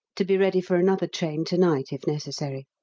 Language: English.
to be ready for another train to-night if necessary.